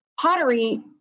Pottery